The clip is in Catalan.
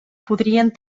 podrien